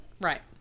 Right